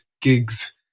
gigs